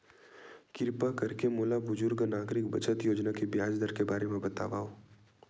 किरपा करके मोला बुजुर्ग नागरिक बचत योजना के ब्याज दर के बारे मा बतावव